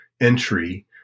entry